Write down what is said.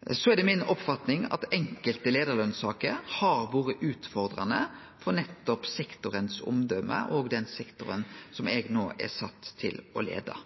Det er mi oppfatning at enkelte leiarlønssaker har vore utfordrande for nettopp omdømet til sektoren, den sektoren som eg no er sett til å leie.